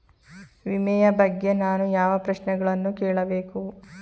ವಿಮೆಯ ಬಗ್ಗೆ ನಾನು ಯಾವ ಪ್ರಶ್ನೆಗಳನ್ನು ಕೇಳಬೇಕು?